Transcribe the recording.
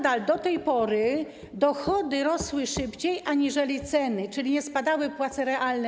Do tej pory dochody rosły szybciej niż ceny, czyli nie spadały płace realne.